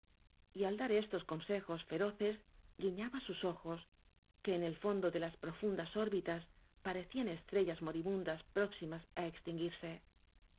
al dar estos consejos feroces guiñaba sus ojos que en el fondo de las profundas órbitas parecían estrellas moribundas próximas á extinguirse